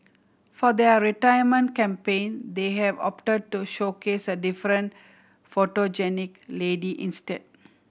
for their retirement campaign they have opted to showcase a different photogenic lady instead